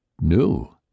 new